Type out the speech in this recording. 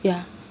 yeah